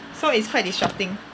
so it's quite disrupting